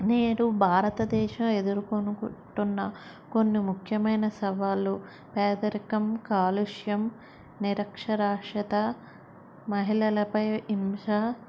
నేడు భారతదేశం ఎదుర్కొనుకుంటున్న కొన్ని ముఖ్యమైన సవాళ్లు పేదరికం కాలుష్యం నిరక్షరాశ్యత మహిళలపై హింస